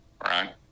right